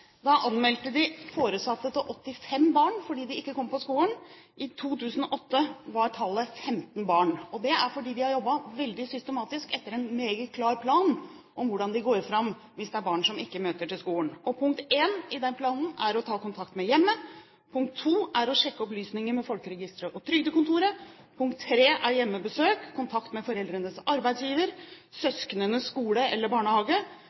foresatte til 85 barn fordi barna ikke kom på skolen. I 2008 var tallet 15 barn – det er fordi de har jobbet veldig systematisk etter en meget klar plan om hvordan man går fram hvis det er barn som ikke møter på skolen. Punkt 1 i den planen er å ta kontakt med hjemmet. Punkt 2 er å sjekke opplysninger med folkeregisteret og trygdekontoret. Punkt 3 er hjemmebesøk, kontakt med foreldrenes arbeidsgiver, søsknenes skole eller barnehage.